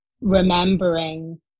remembering